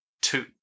two